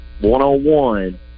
one-on-one